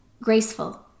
graceful